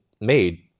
made